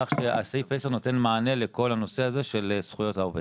כך שסעיף 10 נותן מענה לכל הנושא הזה של זכויות העובד.